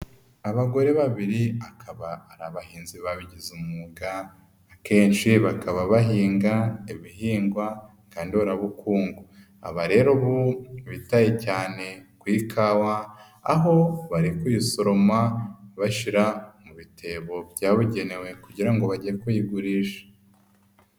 Abagore babiri akaba ari abahinzi babigize umwuga, akenshi bakaba bahinga ibihingwa ngandurabukungu, aba rero ubu bitaye cyane ku ikawa, aho bari kuyisoroma bashyira mu bitebo byabugenewe kugira ngo bajye kuyigurisha.